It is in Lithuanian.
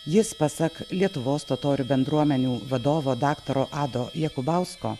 jis pasak lietuvos totorių bendruomenių vadovo daktaro ado jakubausko